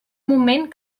moment